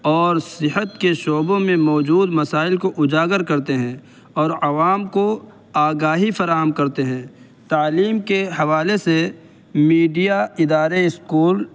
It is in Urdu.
اور صحت کے شعبوں میں موجود مسائل کو اجاگر کرتے ہیں اور عوام کو آگاہی فراہم کرتے ہیں تعلیم کے حوالے سے میڈیا ادارے اسکول